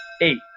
Eight